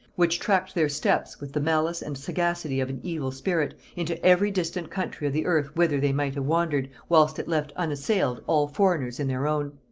which tracked their steps, with the malice and sagacity of an evil spirit, into every distant country of the earth whither they might have wandered, whilst it left unassailed all foreigners in their own.